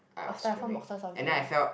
or sytrofoam boxes of durians